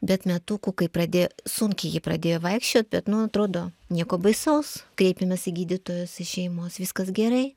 bet metukų kai pradėjo sunkiai ji pradėjo vaikščiot bet nu atrodo nieko baisaus kreipėmės į gydytojus į šeimos viskas gerai